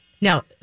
Now